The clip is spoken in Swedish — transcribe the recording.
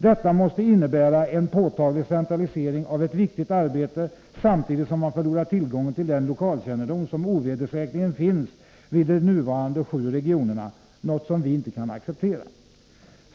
Detta måste innebära en påtaglig centralisering av ett viktigt arbete samtidigt som man förlorar tillgången till den lokalkännedom, som ovedersägligen finns i de nuvarande sju regionerna, något som vi inte kan acceptera.